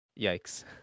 yikes